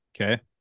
Okay